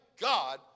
God